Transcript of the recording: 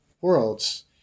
worlds